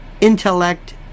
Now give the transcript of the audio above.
intellect